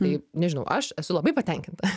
tai nežinau aš esu labai patenkinta